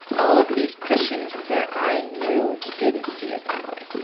all of these christians that i knew didn't see it that way?